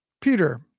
Peter